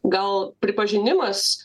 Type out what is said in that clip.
gal pripažinimas